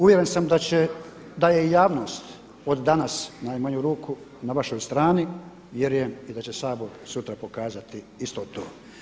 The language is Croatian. Uvjeren sam da je i javnost od danas u najmanju ruku na vašoj strani jer je i da će Sabor sutra pokazati isto to.